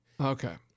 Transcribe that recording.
Okay